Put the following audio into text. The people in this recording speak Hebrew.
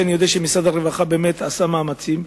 ואני יודע שמשרד הרווחה באמת עשה מאמצים,